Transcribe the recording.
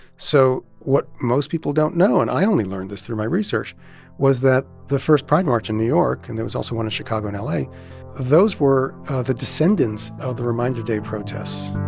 so what most people don't know and i only learned this through my research was that the first pride march in new york and there was also one in chicago and la those were the descendants of the reminder day protests